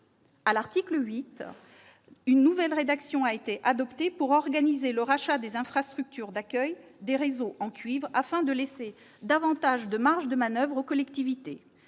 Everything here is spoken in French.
À l'article 8, une nouvelle rédaction a été adoptée pour organiser le rachat des infrastructures d'accueil des réseaux en cuivre afin de laisser davantage de marges de manoeuvre aux collectivités.